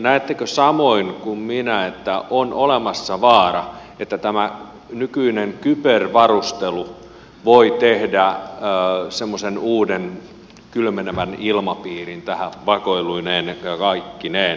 näettekö samoin kuin minä että on olemassa vaara että tämä nykyinen kyber varustelu voi tehdä semmoisen uuden kylmenevän ilmapiirin tähän vakoiluineen ja kaikkineen